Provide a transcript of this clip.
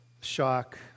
shock